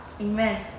Amen